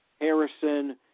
Harrison